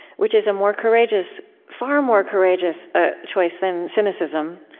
which is a more courageous far more courageous ah choice than cynicism.